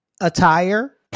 Attire